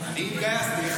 אני התגייסתי.